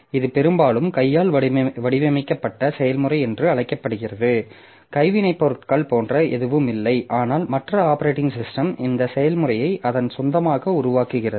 இது பெரும்பாலும் கையால் வடிவமைக்கப்பட்ட செயல்முறை என்று அழைக்கப்படுகிறது கைவினைப்பொருட்கள் போன்ற எதுவும் இல்லை ஆனால் மற்ற ஆப்பரேட்டிங் சிஸ்டம் இந்த செயல்முறையை அதன் சொந்தமாக உருவாக்குகிறது